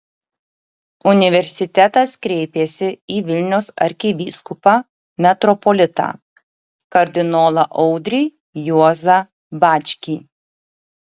universitetas kreipėsi į vilniaus arkivyskupą metropolitą kardinolą audrį juozą bačkį